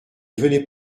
venez